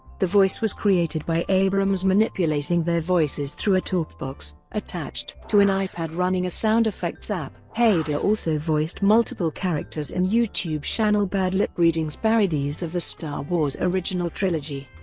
the voice was created by abrams manipulating their voices through a talkbox, attached to an ipad running a sound-effects app. hader also voiced multiple characters in youtube channel bad lip reading's parodies of the star wars original trilogy.